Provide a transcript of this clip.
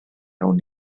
awn